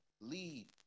lead